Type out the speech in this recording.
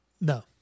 No